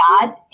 God